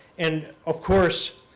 and of course,